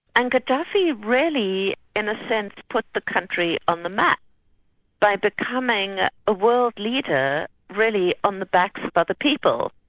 and gaddafi really, in a sense, put the country on the map by becoming a world leader really on the backs of but the people.